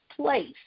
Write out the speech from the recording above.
place